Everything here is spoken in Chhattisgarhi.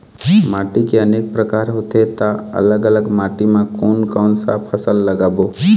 माटी के अनेक प्रकार होथे ता अलग अलग माटी मा कोन कौन सा फसल लगाबो?